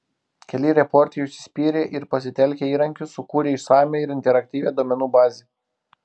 keli reporteriai užsispyrė ir pasitelkę įrankius sukūrė išsamią ir interaktyvią duomenų bazę